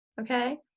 Okay